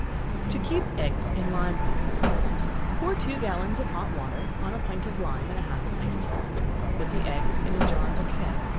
to keep eggs in lime water. pour two gallons of hot water on a pint of lime and half a pint of salt put the eggs in a jar or keg,